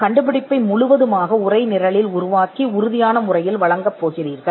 நீங்கள் கண்டுபிடிப்பை உரைநடயமாக்கி அதை உறுதியான முறையில் வழங்கப் போகிறீர்கள்